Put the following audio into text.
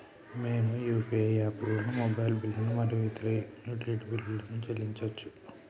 మేము యూ.పీ.ఐ యాప్లతోని మొబైల్ బిల్లులు మరియు ఇతర యుటిలిటీ బిల్లులను చెల్లించచ్చు